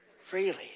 Freely